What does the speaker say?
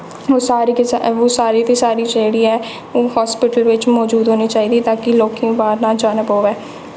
ओह् सारी की सारी ओह् सारी दी सारी जेह्ड़ी ऐ ओह् हस्पिटल बिच्च मज़ूद होनी चाहिदी ताकि लोकें गी बाह्र ना जाना पवै